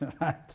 right